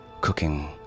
cooking